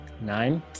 Nine